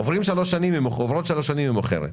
עוברות שלוש שנים, היא מוכרת.